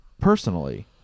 Personally